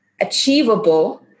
achievable